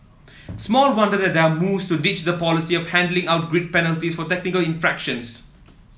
small wonder that there are moves to ditch the policy of handling out grid penalties for technical infractions